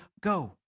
Go